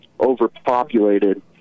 overpopulated